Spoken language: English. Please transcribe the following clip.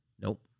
Nope